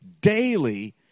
daily